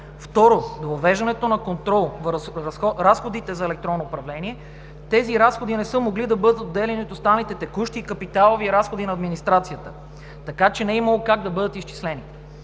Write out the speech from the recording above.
Второ, въвеждането на контрол върху разходите за електронно управление – тези разходи не са могли да бъдат отделяни от останалите текущи и капиталови разходи на администрацията, така че не е имало как да бъдат изчислени.